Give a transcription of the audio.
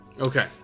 Okay